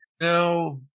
no